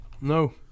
No